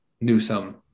Newsom